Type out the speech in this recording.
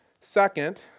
Second